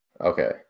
Okay